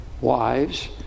wives